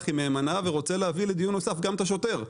היא מהימנה ורוצה להביא לדיון נוסף גם את השוטר.